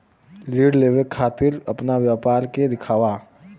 ऋण लेवे के खातिर अपना व्यापार के दिखावा?